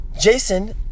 Jason